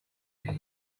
leta